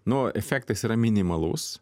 nu efektas yra minimalus